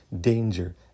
danger